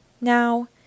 Now